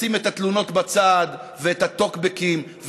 לשים את התלונות ואת הטוקבקים בצד,